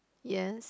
yes